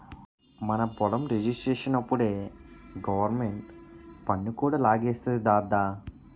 మన పొలం రిజిస్ట్రేషనప్పుడే గవరమెంటు పన్ను కూడా లాగేస్తాది దద్దా